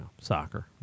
Soccer